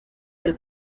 del